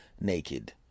naked